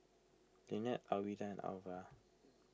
Linette Alwilda and Alva